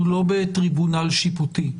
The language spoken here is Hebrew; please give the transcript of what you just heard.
אנחנו לא בטריבונל שיפוטי.